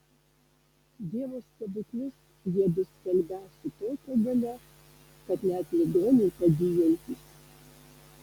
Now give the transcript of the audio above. dievo stebuklus jiedu skelbią su tokia galia kad net ligoniai pagyjantys